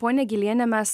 ponia gyliene mes